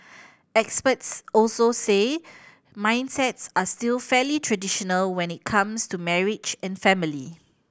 experts also say mindsets are still fairly traditional when it comes to marriage and family